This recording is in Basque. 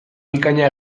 bikaina